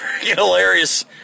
hilarious